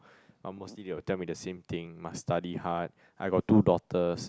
ah mostly they will tell me the same thing must study hard I got two daughters